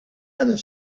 other